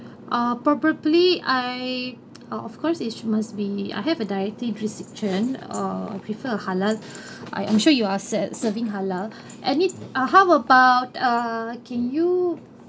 uh probably I of course it must be I have a dietary restriction uh I prefer a halal I I'm sure you are ser~ serving halal and it's uh how about uh can you